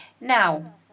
Now